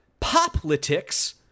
Poplitics